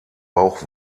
bauch